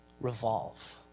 revolve